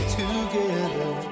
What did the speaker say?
together